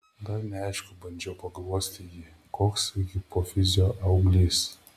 dar neaišku bandžiau paguosti jį koks hipofizio auglys